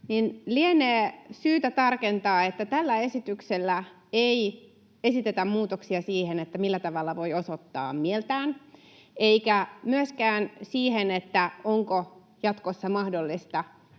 lienee syytä tarkentaa, että tällä esityksellä ei esitetä muutoksia siihen, millä tavalla voi osoittaa mieltään, eikä myöskään siihen, onko jatkossa mahdollista järjestää